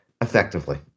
effectively